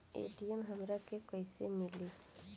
ATM हमरा के कइसे मिली?